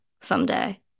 someday